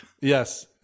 Yes